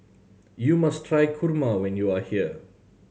you must try kurma when you are here